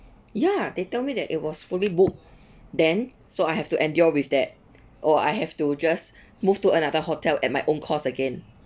ya they told me that it was fully booked then so I have to endure with that or I have to just move to another hotel at my own cost again